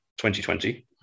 2020